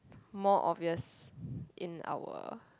more obvious in our